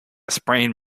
sprained